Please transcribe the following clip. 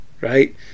right